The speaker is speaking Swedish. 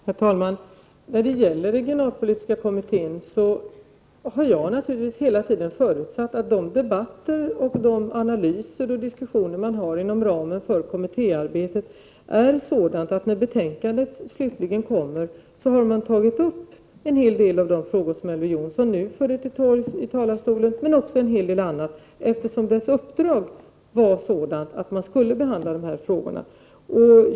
Herr talman! När det gäller regionalpolitiska kommittén har jag naturligtvis hela tiden förutsatt att de debatter och analyser som förekommer inom ramen för kommittéarbetet är sådana att man när betänkandet slutligen kommer har tagit upp en hel del av de frågor som Elver Jonsson nu förde till torgs i talarstolen — men också en hel del annat, eftersom dess uppdrag var sådant att man skulle behandla de här frågorna.